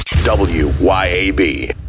W-Y-A-B